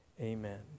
amen